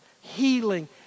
healing